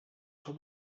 top